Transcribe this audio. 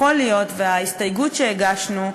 יכול להיות שההסתייגות שהגשנו,